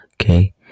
okay